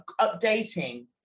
updating